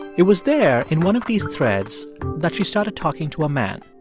it was there in one of these threads that she started talking to a man.